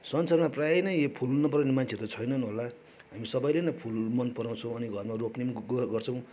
संसारमा प्रायः नै यो फुल नपराउने मान्छेहरू त छैनन् होला हामी सबैले नै फुल मनपराउँछौँ अनि घरमा रोप्ने पनि कुरा गर्छौँ